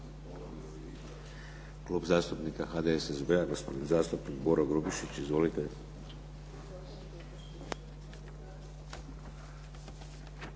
Hvala vam